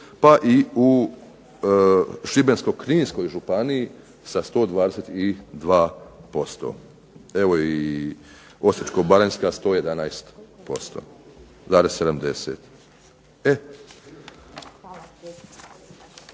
pa i u Šibensko-kninskoj županiji sa 122%, evo i Osječko-baranjska 111%,